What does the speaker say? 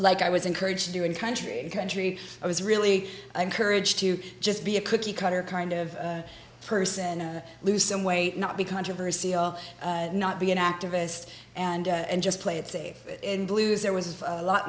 like i was encouraged to do in country country i was really encouraged to just be a cookie cutter kind of person and lose some weight not be controversy or not be an activist and just play it safe in blues there was a lot